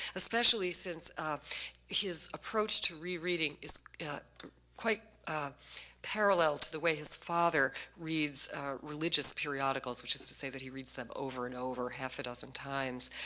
especially since his approach to rereading is quite parallel to the way his father reads religious periodicals, which is to say that he reads them over and over half a dozen times.